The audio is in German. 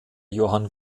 johann